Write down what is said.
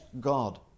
God